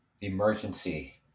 emergency